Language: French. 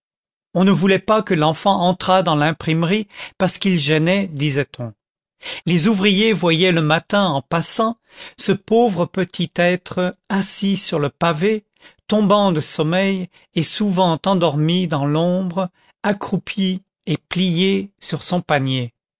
on ne voulait pas que l'enfant entrât dans l'imprimerie parce qu'il gênait disait-on les ouvriers voyaient le matin en passant ce pauvre petit être assis sur le pavé tombant de sommeil et souvent endormi dans l'ombre accroupi et plié sur son panier